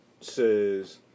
says